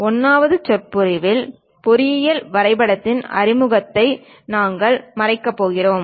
1 வது சொற்பொழிவில் பொறியியல் வரைபடத்தின் அறிமுகத்தை நாங்கள் மறைக்கப் போகிறோம்